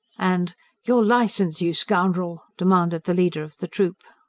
and your licence, you scoundrel! demanded the leader of the troop.